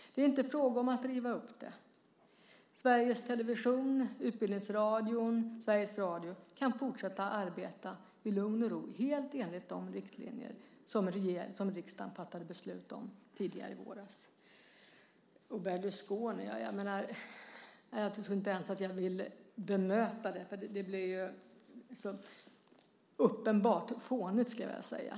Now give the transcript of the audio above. Det är inte fråga om att riva upp. Sveriges Television, Utbildningsradion och Sveriges Radio kan fortsätta att arbeta i lugn och ro, helt enligt de riktlinjer som riksdagen fattat beslut om tidigare - i våras. Sedan har vi detta med Berlusconi. Ja, jag tror att jag inte ens vill bemöta det. Det blir så uppenbart fånigt, skulle jag vilja säga.